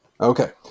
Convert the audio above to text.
Okay